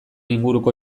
inguruko